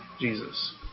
Jesus